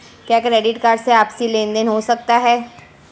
क्या credit card से आपसी लेनदेन हो सकता है?